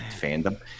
fandom